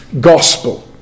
gospel